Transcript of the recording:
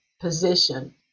position